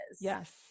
Yes